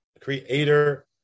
creator